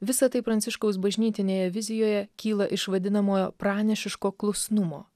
visa tai pranciškaus bažnytinėje vizijoje kyla iš vadinamojo pranašiško klusnumo